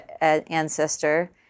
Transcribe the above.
ancestor